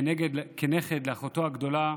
כנכד לאחותו הגדולה,